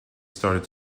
started